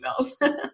emails